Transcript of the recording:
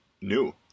new